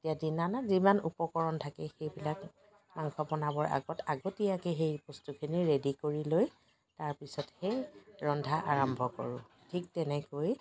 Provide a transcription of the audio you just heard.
ইত্যাদি নানান যিমান উপকৰণ থাকে সেইবিলাক মাংস বনাবৰ আগত আগতীয়াকৈ সেই বস্তুখিনি ৰেডী কৰি লৈ তাৰ পিছতহে ৰন্ধা আৰম্ভ কৰোঁ ঠিক তেনেকৈ